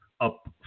up